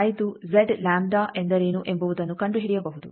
5 Z lambda ಎಂದರೇನು ಎಂಬುವುದನ್ನು ಕಂಡುಹಿಡಿಯಬಹುದು